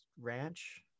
ranch